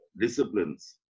disciplines